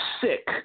sick